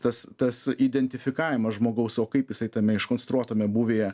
tas tas identifikavimas žmogaus o kaip jisai tame iš konstruotame būvyje